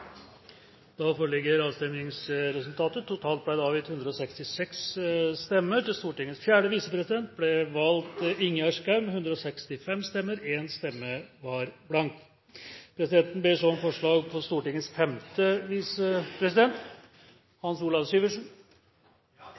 da bli foretatt skriftlig avstemning. Valget hadde dette resultat: Det ble avgitt totalt 166 stemmer. Til Stortingets president ble valgt Olemic Thommessen med 164 stemmer. 2 stemmesedler var blanke. Presidenten ber om forslag på Stortingets første visepresident.